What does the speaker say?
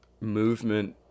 movement